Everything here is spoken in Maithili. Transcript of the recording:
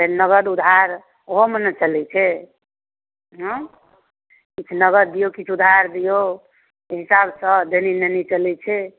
तऽ नगद उधार ओहोमे ने चलै छै एँ किछु नगद दिऔ किछु उधार दिऔ हिसाबसँ देनी लेनी चलै छै